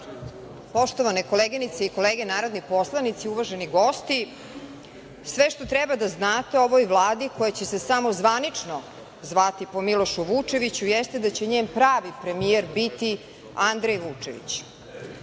koleginice i kolege narodni poslanici, uvaženi gosti, sve što treba da znate o ovoj Vladi koja će se samo zvanično zvati po Milošu Vučeviću jeste da će njen pravi premijer biti Andrej Vučević.